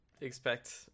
expect